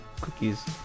cookies